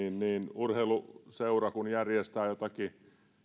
urheiluseura kun järjestää joitakin